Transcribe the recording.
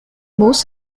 most